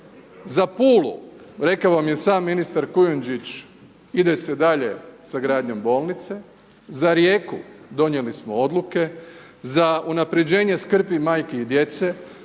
Za Pulu, rekao vam je sam ministar Kujundžić, ide se dalje sa gradnjom bolnice. Za Rijeku, donijeli smo odluke. Za unapređenje skrbi majki i djece,